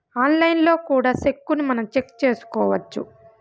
ఆన్లైన్లో కూడా సెక్కును మనం చెక్ చేసుకోవచ్చు